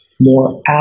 more